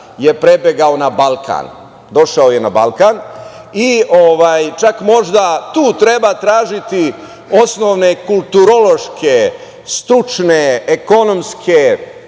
je prebegao na Balkan i čak možda tu treba tražiti osnovne kulturološke, stručne, ekonomske,